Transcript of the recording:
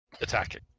attacking